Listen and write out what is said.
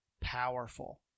powerful